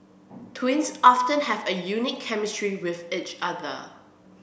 twins often have a unique chemistry with each other